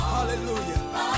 Hallelujah